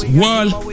world